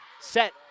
set